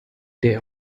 der